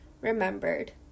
remembered